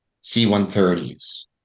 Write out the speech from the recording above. c-130s